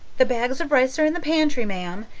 the bags of rice are in the pantry, ma'am,